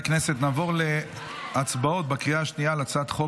נעבור להצבעות בקריאה השנייה על הצעת חוק